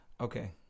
okay